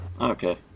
Okay